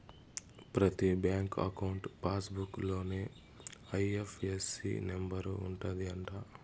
ప్రతి bank account pass book లోనే IFSC number ఉంటది అంట